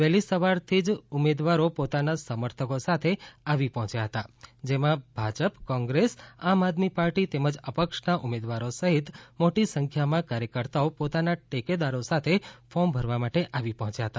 વહેલી સવારથી જ ઉમેદવારો પોતાના સમર્થકો સાથે આવી પહોંચ્યા હતા જેમાં ભાજપ કોંગ્રેસ આમ આદમી પાર્ટી તેમજ અપક્ષના ઉમેદવારો સહિત મોટી સંખ્યામાં કાર્યકર્તાઓ પોતાના ટેકેદારો સાથે ફોર્મ ભરવા માટે આવી પહોંચ્યા હતા